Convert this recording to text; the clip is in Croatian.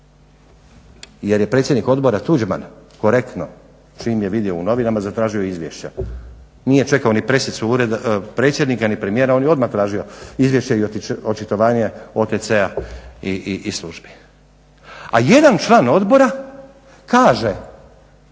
jer je predsjednik odbora Tuđman korektno čim je vidio u novinama zatražio izvješće, nije čekao ni presicu predsjednika ni premijera on je odmah tražio izvješće i očitovanje OTC-a i službi. A jedan član odbora kaže